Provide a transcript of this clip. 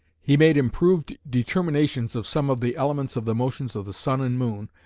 he made improved determinations of some of the elements of the motions of the sun and moon,